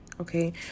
Okay